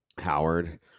Howard